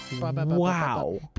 wow